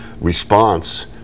response